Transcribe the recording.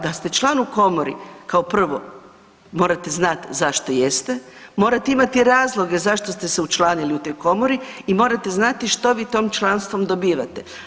Da ste član u komori kao prvo morate znati zašto jeste, morate imati razloge zašto ste se učlanili u toj komori i morate znati što vi tom članstvom dobivate.